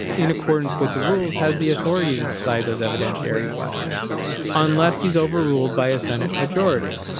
in accordance with the rules, has the authority to decide those evidentiary questions unless he's overruled by a senate majority.